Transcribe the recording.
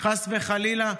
חס וחלילה?